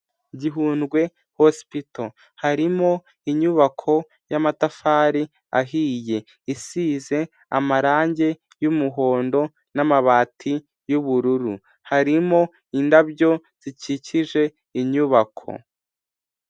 Gihundwe hosipito harimo inyubako y'amatafari ahiye isize amarangi y'umuhondo n'amabati y'ubururu, harimo indabyo zikikije inyubako.